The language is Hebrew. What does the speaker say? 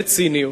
וציניות,